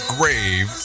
Grave